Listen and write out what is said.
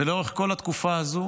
ולאורך כל התקופה הזו